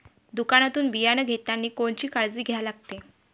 दुकानातून बियानं घेतानी कोनची काळजी घ्या लागते?